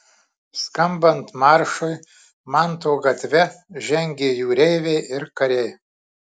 skambant maršui manto gatve žengė jūreiviai ir kariai